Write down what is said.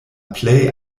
plej